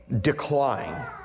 decline